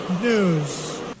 news